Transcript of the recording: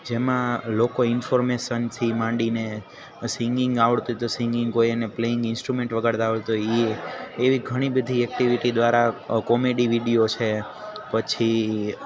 જેમાં લોકો ઇન્ફોર્મેશનથી માંડી ને સિંગિંગ આવડતું હોય તો સિંગિંગ કોઈ એને પ્લેઇંગ ઇન્સ્ટ્રુમેન્ટ વગાડતાં આવડતું હોય એ એ એવી ઘણી બધી એકટીવિટી દ્વારા કોમેડી વિડીયો છે પછી